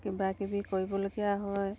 কিবা কিবি কৰিবলগীয়া হয়